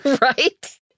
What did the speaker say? Right